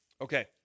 okay